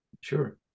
sure